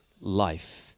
life